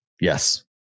Yes